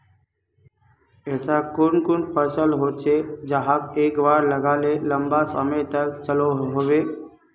ऐसा कुन कुन फसल होचे जहाक एक बार लगाले लंबा समय तक चलो होबे?